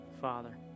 Father